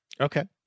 Okay